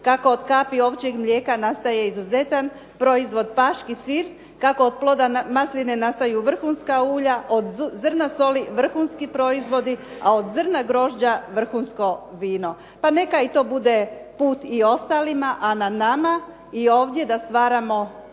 kako od kapi ovčjeg mlijeka nastaje izuzetan proizvod paški sir, kako od ploda masline nastaju vrhunska ulja, od zrna soli vrhunski proizvodi, a od zrna grožđa vrhunsko vino. Pa neka i to bude put i ostalima, a na nama i ovdje da stvaramo